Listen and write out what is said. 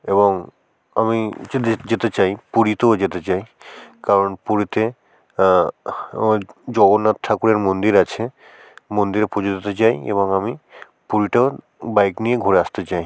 এবং আমি যেতে চাই পুরীতেও যেতে চাই কারণ পুরীতে আমার জগন্নাথ ঠাকুরের মন্দির আছে মন্দিরে পুজো দিতে চাই এবং আমি পুরীটাও বাইক নিয়ে ঘুরে আসতে চাই